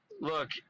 Look